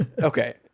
Okay